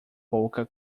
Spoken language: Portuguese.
pouca